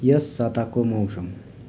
यस साताको मौसम